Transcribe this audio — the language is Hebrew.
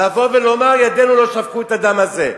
לבוא ולומר, ידינו לא שפכו את הדם הזה?